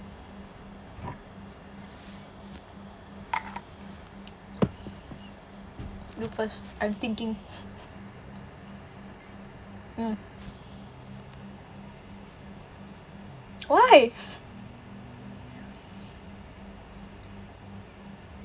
you first I'm thinking mm why